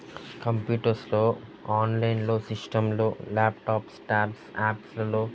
కంప్యూటర్స్లో ఆన్లైన్లో సిస్టమ్లో laptops tabs యాప్స్లలో